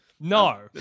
no